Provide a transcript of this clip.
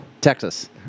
Texas